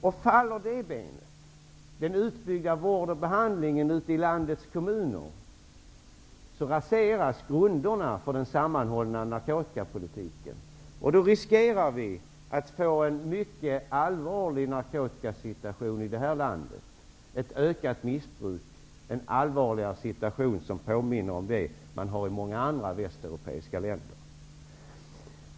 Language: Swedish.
Och viker sig det benet, den utbyggda vården och behandlingen ute i landets kommuner, raseras grunderna för den sammanhållna narkotikapolitiken. Då riskerar vi att få en mycket allvarlig narkotikasituation i det här landet, ett ökat missbruk, en allvarligare situation, som påminner om den som man har i många andra västeuropeiska länder.